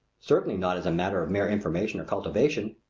certainly not as a matter of mere information or cultivation.